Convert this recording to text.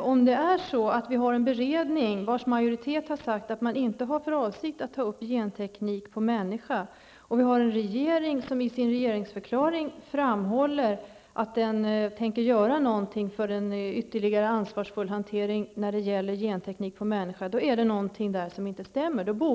Om det är så att vi har en beredning vars majoritet har sagt att man inte har för avsikt att ta upp genteknik på människa och regeringen i sin regeringsförklaring framhåller att den tänker göra någonting ytterligare för en ansvarsfull hantering när det gäller genteknik på människa, är det någonting som inte stämmer.